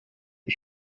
ich